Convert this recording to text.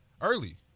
Early